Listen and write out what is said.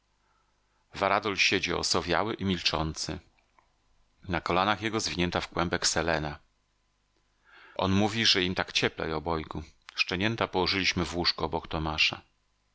varadol siedzi osowiały i milczący na kolanach jego zwinięta w kłębek selena on mówi że im tak cieplej obojgu szczenięta położyliśmy w łóżku obok tomasza